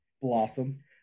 Blossom